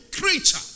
creature